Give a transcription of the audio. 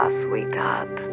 sweetheart